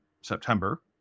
September